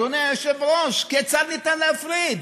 אדוני היושב-ראש, כיצד אפשר להפריד?